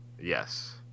Yes